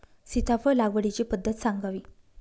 सीताफळ लागवडीची पद्धत सांगावी?